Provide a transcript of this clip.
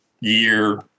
year